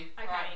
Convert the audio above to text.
okay